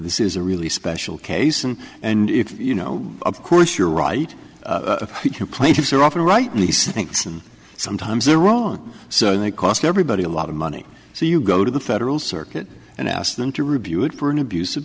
this is a really special case and and if you know of course you're right you plaintiffs are often rightly so thanks and sometimes they're wrong so they cost everybody a lot of money so you go to the federal circuit and ask them to review it for an abus